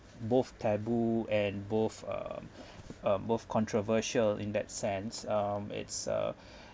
both taboo and both um uh both controversial in that sense um it's uh